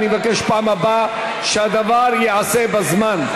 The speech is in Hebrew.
אני מבקש שבפעם הבאה הדבר ייעשה בזמן,